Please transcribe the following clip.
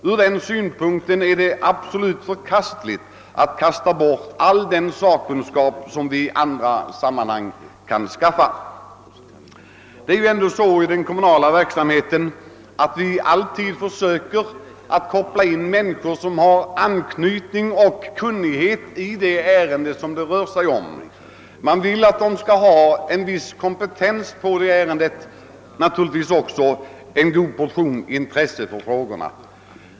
Ur denna synpunkt är det helt förkastligt att inte utnyttja den sakkunskap som vi kan ha tillgång till. Vi försöker alltid i den kommunala verksamheten koppla in människor med anknytning till och kunnighet i de ärenden som det rör sig om. Vi vill att de skall ha en viss kompetens för dessa ärenden och också en god portion intresse för dem.